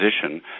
position